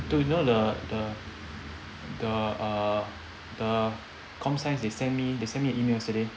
dude you know the the the err the comp science they sent me they sent me an email yesterday